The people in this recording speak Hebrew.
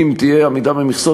אם תהיה עמידה במכסות,